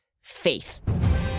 Faith